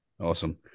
Awesome